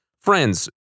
friends